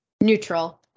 Neutral